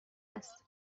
است